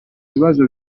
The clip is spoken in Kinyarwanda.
ibibazo